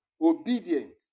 obedient